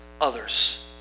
others